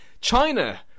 China